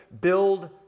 build